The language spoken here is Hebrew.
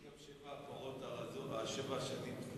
יש גם שבע הפרות הרזות, שבע השנים.